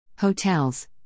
Hotels